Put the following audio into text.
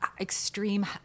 extreme